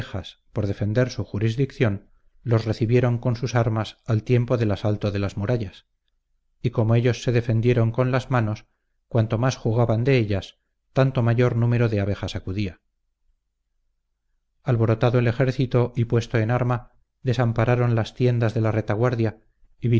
por defender su jurisdicción los recibieron con sus armas al tiempo del asalto de las murallas y como ellos se defendieron con las manos cuanto más jugaban de ellas tanto mayor número de abejas acudía alborotado el ejército y puesto en arma desampararon las tiendas de la retaguardia